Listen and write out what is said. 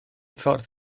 ffordd